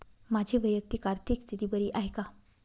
माझी वैयक्तिक आर्थिक स्थिती बरी आहे का?